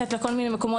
מהצקות.